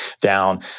down